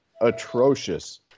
atrocious